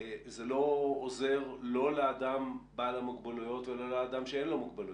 זה לא עוזר לא לאדם בעל המוגבלויות ולא לאדם שאין לו מוגבלויות.